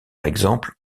exemple